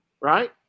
right